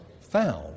Found